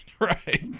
right